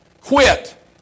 quit